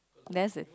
that's a